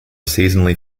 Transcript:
seasonally